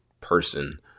person